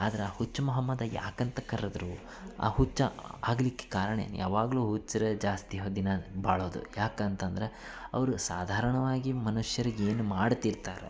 ಆದ್ರೆ ಆ ಹುಚ್ಚು ಮೊಹಮ್ಮದ ಯಾಕಂತ ಕರೆದ್ರು ಆ ಹುಚ್ಚ ಆಗ್ಲಿಕ್ಕೆ ಕಾರಣ ಯಾವಾಗ್ಲೂ ಹುಚ್ಚರೆ ಜಾಸ್ತಿ ಹ ದಿನ ಬಾಳೋದು ಯಾಕಂತಂದ್ರೆ ಅವರು ಸಾಧಾರಣವಾಗಿ ಮನುಷ್ಯರಿಗೆ ಏನು ಮಾಡ್ತಿರ್ತಾರೋ